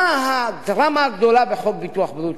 מה הדרמה הגדולה בחוק ביטוח בריאות ממלכתי,